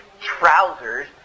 trousers